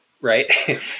right